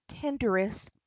tenderest